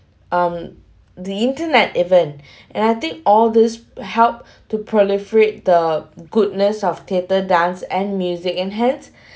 um the internet event and I think all this help to proliferate the goodness of theatre dance and music and hence